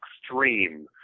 extreme